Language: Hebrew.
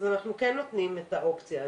אנחנו כן נותנים את האופציה הזאת.